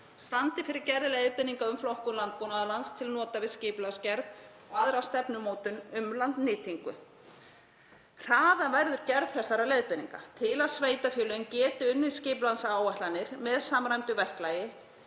standi fyrir gerð leiðbeininga um flokkun landbúnaðarlands til nota við skipulagsgerð og aðra stefnumótun um landnýtingu. Hraða verður gerð þessara leiðbeininga til að sveitarfélögin geti unnið skipulagsáætlanir með samræmdu verklagi.